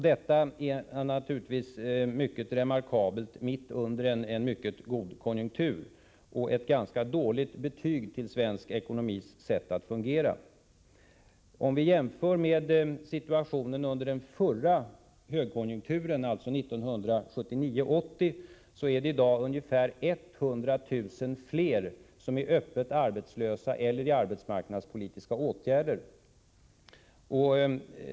Detta är naturligtvis synnerligen remarkabelt mitt under en mycket god konjunktur, och ett ganska dåligt betyg när det gäller svensk ekonomis sätt att fungera. Om vi jämför med situationen under den förra högkonjunkturen, alltså 1979-1980, är det i dag ungefär 100 000 fler som är öppet arbetslösa eller föremål för arbetsmarknadspolitiska åtgärder.